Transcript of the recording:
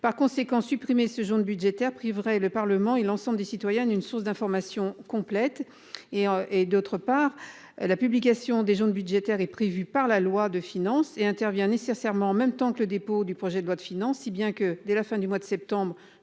par conséquent supprimer ce jaune budgétaire priverait le Parlement et l'ensemble des citoyennes une source d'information complète et et d'autre part, la publication des gens budgétaire est prévu par la loi de finances et intervient nécessairement en même temps que le dépôt du projet de loi de finances, si bien que dès la fin du mois de septembre.